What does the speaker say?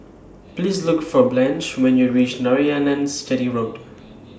Please Look For Blanche when YOU REACH Narayanans Chetty Road